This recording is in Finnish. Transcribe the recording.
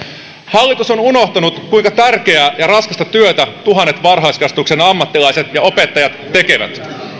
hallitus on unohtanut kuinka tärkeää ja raskasta työtä tuhannet varhaiskasvatuksen ammattilaiset ja opettajat tekevät